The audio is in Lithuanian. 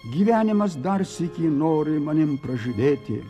gyvenimas dar sykį nori manim pražydėti